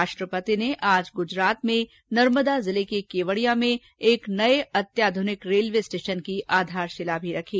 राष्ट्रपति ने आज गुजरात में नर्मदा जिले के केवडिया में एक नए अत्याधुनिक रेलवे स्टेशन की आधारशिला भी रखी